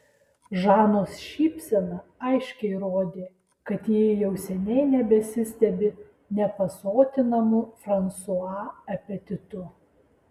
žanos šypsena aiškiai rodė kad ji jau seniai nebesistebi nepasotinamu fransua apetitu